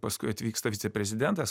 paskui atvyksta viceprezidentas